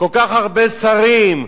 כל כך הרבה שרים,